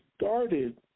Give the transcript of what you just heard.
started